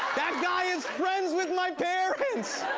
that guy is friends with my parents.